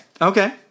Okay